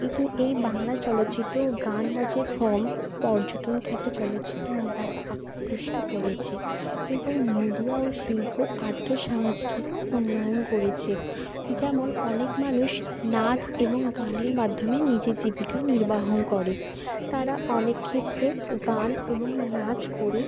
একে এই বাংলা চলচ্চিত্র ও গান নাচের ফ্রম পর্যটন ক্ষেত্রে চলচ্চিত্র নির্মাতা আকৃষ্ট করেছে এবং মিডিয়া ও শিল্প আর্থসামাজিকেরও উন্নয়ন করেছে যেমন অনেক মানুষ নাচ এবং গানের মাধ্যমে নিজের জীবিকা নির্বাহন করে তারা অনেক ক্ষেত্রে গান এবং নাচ করে